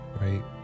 right